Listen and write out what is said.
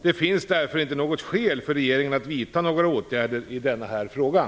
Det finns därför inte något skäl för regeringen att vidta några åtgärder i den här frågan.